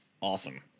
awesome